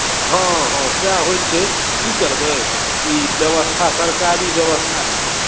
हँ हँ सएह होइ छै की करबै ई व्यवस्था सरकारी व्यवस्था छै